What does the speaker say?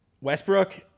Westbrook